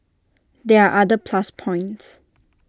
there are other plus points